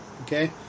Okay